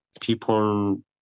people